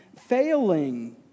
failing